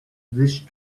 wish